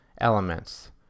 elements